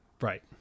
Right